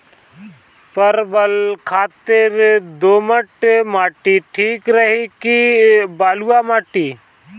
परवल खातिर दोमट माटी ठीक रही कि बलुआ माटी?